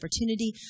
opportunity